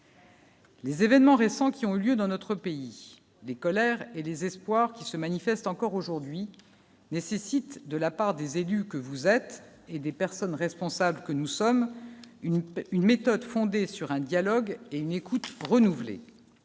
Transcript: Les événements récents qui ont eu lieu dans notre pays des colère et désespoir qui se manifeste encore aujourd'hui nécessite de la part des élus que vous êtes et des personnes responsables que nous sommes une une méthode fondée sur un dialogue et une écoute renouvelée